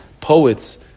Poets